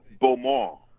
Beaumont